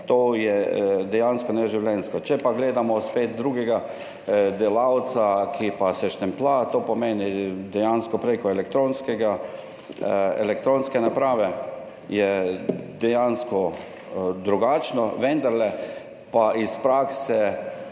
je to dejansko neživljenjsko. Če pa gledamo spet drugega delavca, ki pa se štemplja, to pomeni prek elektronske naprave, je dejansko drugače, vendarle pa iz prakse